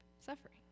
suffering